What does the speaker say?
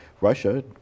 russia